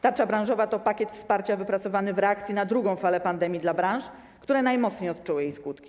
Tarcza branżowa to pakiet wsparcia wypracowany w reakcji na drugą falę pandemii dla branż, które najmocniej odczuły jej skutki.